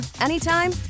anytime